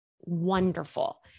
wonderful